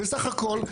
בסך הכול,